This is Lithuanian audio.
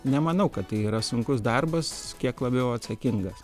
nemanau kad tai yra sunkus darbas kiek labiau atsakingas